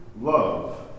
love